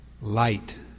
light